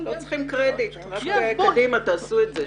לא צריכים קרדיט, רק תעשו את זה,